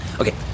Okay